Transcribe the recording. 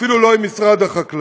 אפילו לא עם משרד החקלאות.